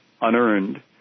unearned